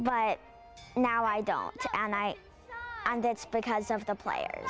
but now i don't and i and that's because of the players